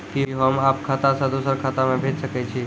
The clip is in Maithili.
कि होम आप खाता सं दूसर खाता मे भेज सकै छी?